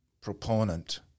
proponent